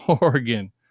Oregon